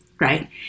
right